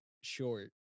short